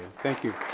thank you.